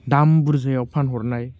दाम बुरजायाव फानहरनाय